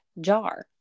jar